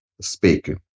speaking